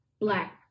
black